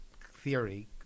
theory